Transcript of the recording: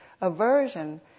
aversion